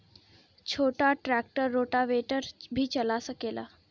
छोटा tractor rotavator भी चला सकेला?